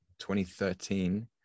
2013